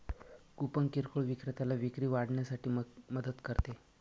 coupon किरकोळ विक्रेत्याला विक्री वाढवण्यासाठी मदत करते